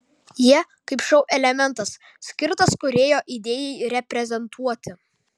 jie kaip šou elementas skirtas kūrėjo idėjai reprezentuoti